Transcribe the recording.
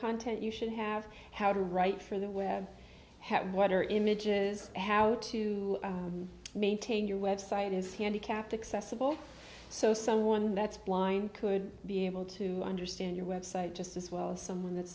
content you should have how to write for the web what are images how to maintain your website is handicapped accessible so someone that's blind could be able to understand your website just as well as someone that's